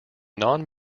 non